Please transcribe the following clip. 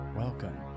Welcome